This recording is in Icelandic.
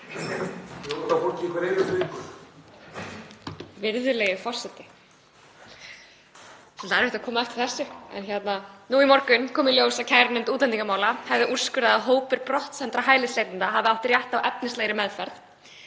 Virðulegi forseti. Það er svolítið erfitt að koma á eftir þessu. En nú í morgun kom í ljós að kærunefnd útlendingamála hefði úrskurðað að hópur brottsendra hælisleitenda hafi átt rétt á efnislegri meðferð.